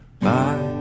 Bye